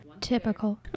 Typical